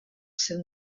sydd